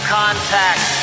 contact